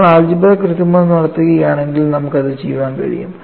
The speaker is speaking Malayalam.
നമ്മൾ ആൾജിബ്ര കൃത്രിമം നടത്തുകയാണെങ്കിൽ നമുക്ക് അത് ചെയ്യാൻ കഴിയും